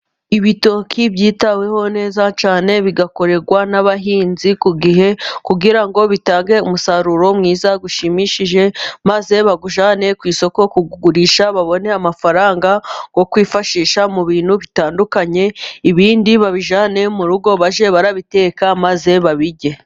Ibitoki byitaweho neza cyane bigakorerwa n'abahinzi ku gihe, kugira ngo bitange umusaruro mwiza ushimishije, maze bawujyane ku isoko kugurisha, babone amafaranga yo kwifashisha mu bintu bitandukanye, ibindi babijyane mu rugo bajye barabiteka maze babirye.